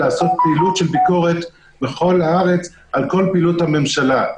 לעשות פעילות של ביקורת בכל הארץ על כל פעילות הממשלה.